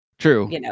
True